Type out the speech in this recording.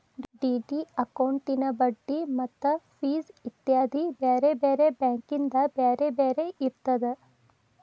DD ಅಕೌಂಟಿನ್ ಬಡ್ಡಿ ಮತ್ತ ಫಿಸ್ ಇತ್ಯಾದಿ ಬ್ಯಾರೆ ಬ್ಯಾರೆ ಬ್ಯಾಂಕಿಂದ್ ಬ್ಯಾರೆ ಬ್ಯಾರೆ ಇರ್ತದ